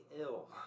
ill